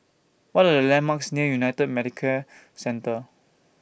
What Are The landmarks near United Medicare Centre